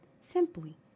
simply